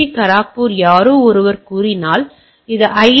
D Kharagpur யாரோ ஒருவர் கூறினால் அது ஐ